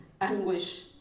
anguish